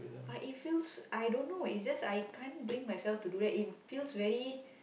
but it feels I don't know it just I can't bring myself to do that in feels very